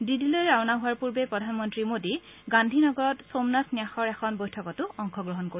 দিল্লীলৈ ৰাওণা হোৱাৰ পূৰ্বে প্ৰধানমন্তী মোদী গান্ধী নগৰত সোমনাথ ন্যাসৰ এখন বৈঠকতো অংশগ্ৰহণ কৰিব